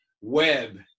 Web